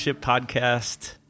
Podcast